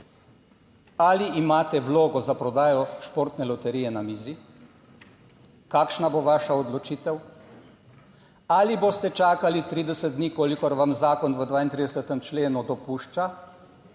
Ali imate vlogo za prodajo Športne loterije na mizi? Kakšna bo vaša odločitev? Ali boste čakali 30 dni, kolikor vam zakon v 32. členu dopušča